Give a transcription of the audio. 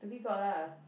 Dhoby-Ghaut lah